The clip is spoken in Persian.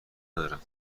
ندارم